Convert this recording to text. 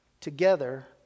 together